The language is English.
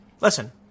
Listen